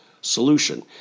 solution